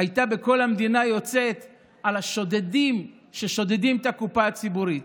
הייתה יוצאת בכל המדינה על השודדים ששודדים את הקופה הציבורית,